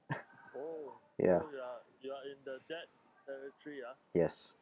ya yes